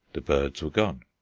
the birds were gone.